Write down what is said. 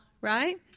right